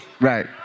Right